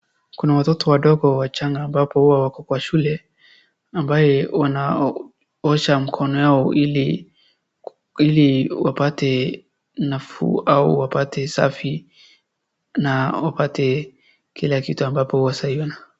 Kuna watoto wadogo wachanga ambapo hua wako kwa shule ambaye wanaosha mkono yao ili wapate nafuu au wapate safi na wapate kila kitu ambapo sahii wana.